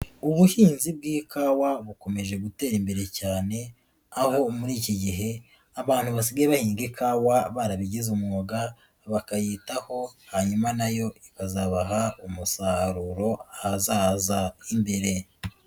Ubuhinzi bw'ikawa bukomeje gutera imbere cyane, aho muri iki gihe abantu basigaye bahinga ikawa barabigize umwuga bakayitaho hanyuma na yo ikazabaha umusaruro ahazazah imbere.